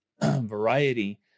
variety